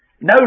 no